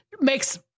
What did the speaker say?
Makes